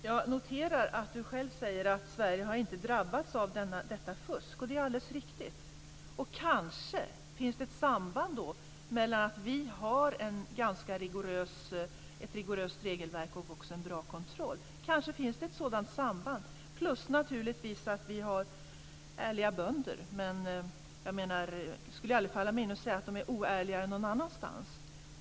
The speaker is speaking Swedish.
Herr talman! Jag noterar att Anne-Katrine Dunker själv säger att Sverige inte har drabbats av detta fusk. Det är alldeles riktigt. Kanske finns det ett samband mellan att vi har ett ganska rigoröst regelverk och också en bra kontroll. Det kanske finns ett sådant samband plus att vi naturligtvis har ärliga bönder. Men det skulle aldrig falla mig in att säga att de är oärligare någon annanstans.